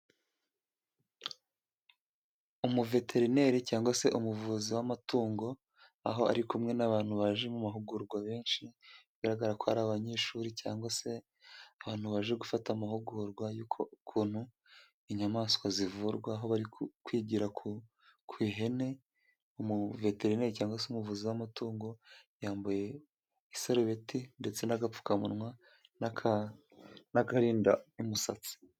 Umuveterineri cyangwa se umuvuzi w'amatungo aho ari kumwe n'abantu baje mu mahugurwa benshi, bigaragara ko ari abanyeshuri cyangwa se abantu baje gufata amahugurwa y'ukuntu inyamaswa zivurwa, bari kwigira ku ihene. Umuveterineri cyangwa se umuvuzi w'amatungo yambaye isarubeti ndetse n'agapfukamunwa n'akarinda imisatsi.